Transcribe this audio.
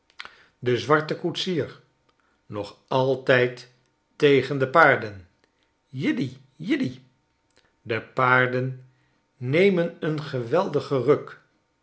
de zwarte koetsier nog altijd tegen de paarden jiddy jiddy de paarden nemen een geweldigen ruk